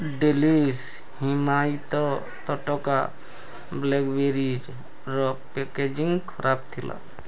delish ହିମାୟିତ ତଟକା ବ୍ଲାକ୍ବେରିଜ୍ର ପ୍ୟାକେଜିଂ ଖରାପ ଥିଲା